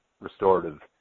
restorative